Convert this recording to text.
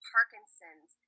Parkinson's